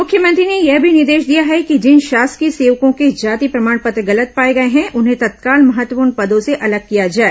मुख्यमंत्री ने यह भी निर्देश दिया है कि जिन शासकीय सेवकों के जाति प्रमाण पत्रे गलत पाए गए हैं उन्हें तत्काल महत्वपूर्ण पदों से अलग किया जाए